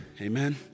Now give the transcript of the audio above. Amen